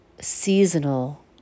seasonal